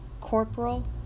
Corporal